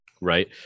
right